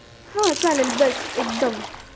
हां चालेल बेस्ट एकदम